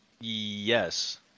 Yes